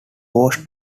was